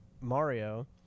Mario